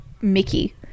Mickey